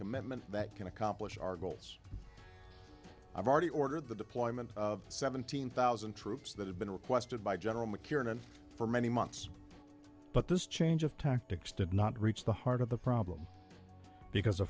commitment that can accomplish our goals i've already ordered the deployment of seventeen thousand troops that have been requested by general mckiernan for many months but this change of tactics did not reach the heart of the problem because